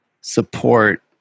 support